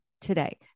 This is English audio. today